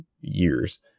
years